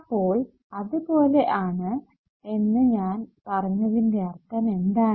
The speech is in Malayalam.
അപ്പോൾ അത് പോലെ ആണ് എന്ന് ഞാൻ പറഞ്ഞതിന്റെ അർത്ഥം എന്താണ്